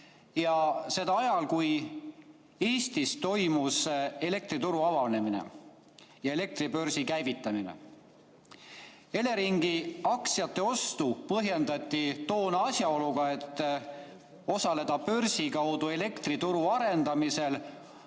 ja seda ajal, kui Eestis toimus elektrituru avanemine ja elektribörsi käivitamine. Eleringi aktsiate ostu põhjendati toona asjaoluga, et osaleda börsi kaudu elektrituru arendamist